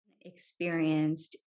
experienced